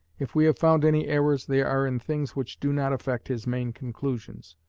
if we have found any errors they are in things which do not affect his main conclusions.